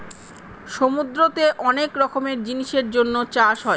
সমুদ্রতে অনেক রকমের জিনিসের জন্য চাষ হয়